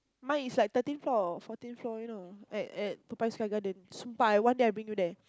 mine is like thirteenth floor fourteenth floor you know at at Toa-Payoh Sky-Garden sumpah today